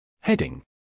Heading